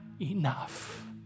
enough